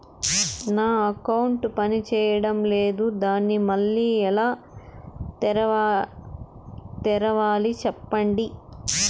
నా అకౌంట్ పనిచేయడం లేదు, దాన్ని మళ్ళీ ఎలా తెరవాలి? సెప్పండి